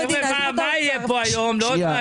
הוא מקריא את הנתונים שלו, שהוא מכיר.